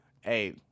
Hey